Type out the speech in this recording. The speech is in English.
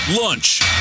lunch